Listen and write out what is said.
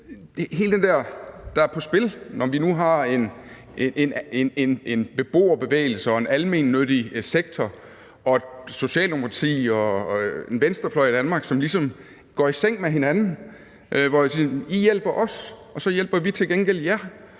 alt det, der er på spil, når vi nu har en beboerbevægelse og en almennyttig sektor og et Socialdemokrati og en venstrefløj i Danmark, som ligesom går i seng med hinanden. Man siger: I hjælper os, og så hjælper vi til gengæld jer;